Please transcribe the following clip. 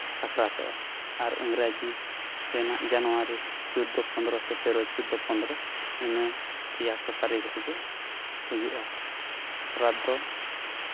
ᱥᱟᱠᱨᱟᱛᱚᱜᱼᱟ ᱟᱨ ᱤᱝᱨᱟᱹᱡᱤ ᱨᱮᱱᱟᱜ ᱡᱟᱹᱱᱩᱣᱟᱹᱨᱤ ᱪᱳᱫᱽᱫᱚ ᱯᱚᱸᱫᱽᱨᱚ ᱥᱮ ᱛᱮᱨᱚ ᱪᱳᱫᱫᱚ ᱯᱚᱫᱽᱨᱚ ᱤᱱᱟᱹ ᱯᱮᱭᱟ ᱠᱚ ᱛᱟᱹᱨᱤᱠ ᱨᱮᱜᱮ ᱦᱩᱭᱩᱜᱼᱟ ᱥᱟᱠᱨᱟᱛ ᱫᱚ